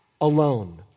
alone